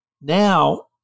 Now